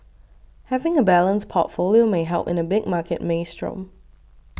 having a balanced portfolio may help in a big market maelstrom